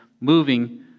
moving